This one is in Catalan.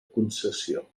concessió